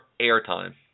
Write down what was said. airtime